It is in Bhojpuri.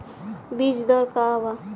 बीज दर का वा?